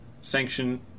Sanction